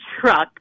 truck